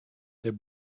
der